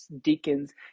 deacons